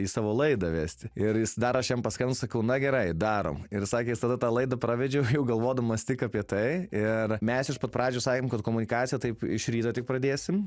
į savo laidą vesti ir jis dar aš jam paskambinau sakiau na gerai daro ir jis sakė jis tada tą laidą pravedžiau jau galvodamas tik apie tai ir mes iš pat pradžių sakėm kad komunikaciją taip iš ryto tik pradėsim